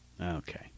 Okay